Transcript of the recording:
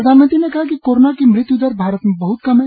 प्रधानमंत्री ने कहा कि कोरोना की मृत्युदर भारत में बह्त कम है